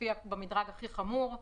מופיע במדרג הכי חמור.